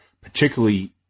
particularly